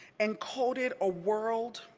encoded a world